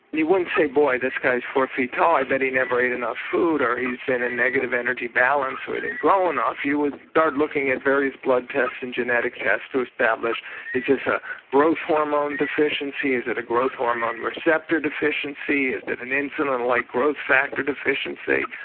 you wouldn't say, boy, this guy is four feet tall, i bet he never ate enough food or he's been in negative energy balance or he didn't grow enough, you would start looking at various blood tests and genetic tests to establish is this a growth hormone deficiency, is it a growth hormone receptor deficiency, is it an insulin-like growth factor deficiency?